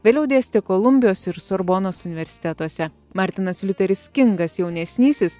vėliau dėstė kolumbijos ir sorbonos universitetuose martinas liuteris kingas jaunesnysis